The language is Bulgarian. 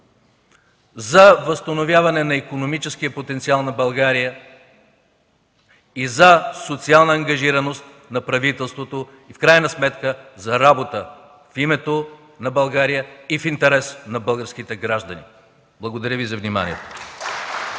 за възстановяване на икономическия потенциал на България и за социална ангажираност на правителството, в крайна сметка за работа в името на България и в интерес на българските граждани! Благодаря за вниманието.